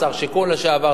שר שיכון לשעבר,